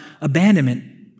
abandonment